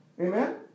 Amen